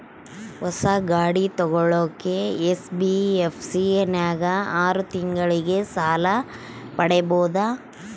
ಹೊಸ ಗಾಡಿ ತೋಗೊಳಕ್ಕೆ ಎನ್.ಬಿ.ಎಫ್.ಸಿ ನಾಗ ಆರು ತಿಂಗಳಿಗೆ ಸಾಲ ಪಡೇಬೋದ?